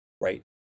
right